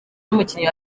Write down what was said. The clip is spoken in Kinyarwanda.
n’umukinnyi